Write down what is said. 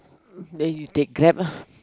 then you take Grab ah